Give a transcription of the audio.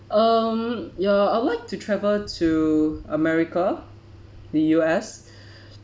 um ya I would like to travel to america the U_S